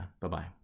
Bye-bye